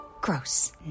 Gross